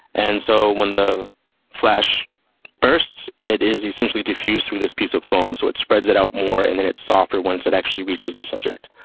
and so when the flash bursts, it is essentially diffused through this piece of foam, so it spreads it out more and then it's softer once it actually reaches the subject.